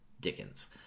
Dickens